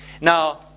Now